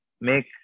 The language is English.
make